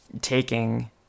taking